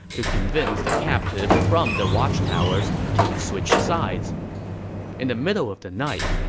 to convince the captives from the watchtowers to switch sides in the middle of the night,